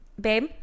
babe